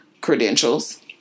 credentials